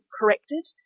corrected